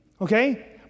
Okay